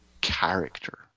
character